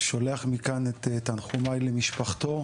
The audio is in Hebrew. שולח מכאן את תנחומי למשפחתו,